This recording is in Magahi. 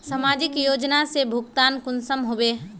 समाजिक योजना से भुगतान कुंसम होबे?